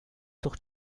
durch